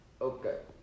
Okay